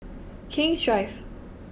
King's Drive